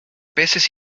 peces